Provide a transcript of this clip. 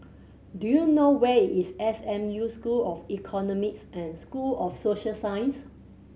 do you know where is S M U School of Economics and School of Social Sciences